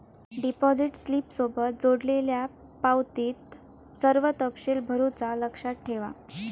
deposit स्लिपसोबत जोडलेल्यो पावतीत सर्व तपशील भरुचा लक्षात ठेवा